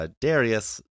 Darius